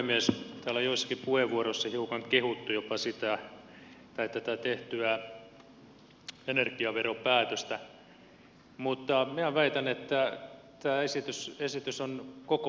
täällä on joissakin puheenvuoroissa hiukan jopa kehuttu tätä tehtyä energiaveropäätöstä mutta minä väitän että tämä esitys on koko lailla torso